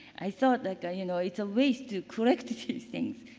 i thought that ah you know, it's a waste to collect these things.